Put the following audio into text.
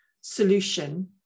solution